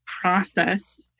process